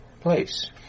place